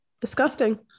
disgusting